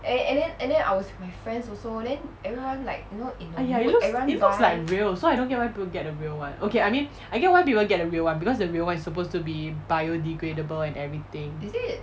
!aiya! it looks it looks like real so I don't get why people get the real one okay I mean I get why people get the real one because the real one is supposed to be biodegradable and everything